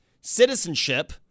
citizenship